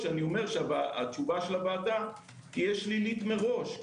התשובה של הוועדה תהיה שלילית מראש,